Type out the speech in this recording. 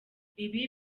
ibi